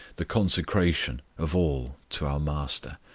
the consecration of all to our master,